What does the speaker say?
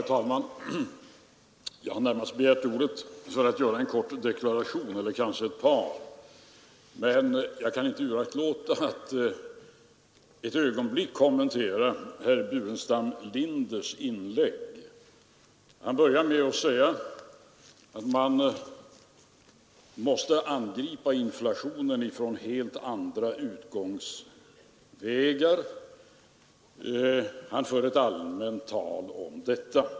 Herr talman! Jag har närmast begärt ordet för att göra en kort deklaration, men jag kan inte uraktlåta att ett ögonblick kommentera herr Burenstam Linders inlägg. Herr Burenstam Linder började med att säga att man måste angripa inflationen från helt andra utgångspunkter, och han förde ett allmänt tal om detta.